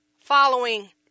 following